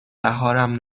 بهارم